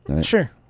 sure